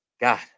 God